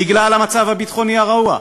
בגלל המצב הביטחוני הרעוע.